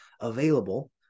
available